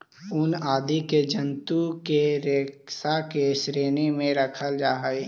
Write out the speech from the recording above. ऊन आदि के जन्तु के रेशा के श्रेणी में रखल जा हई